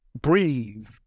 breathe